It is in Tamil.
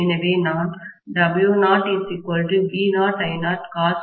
எனவே நான் W0V0I0∅0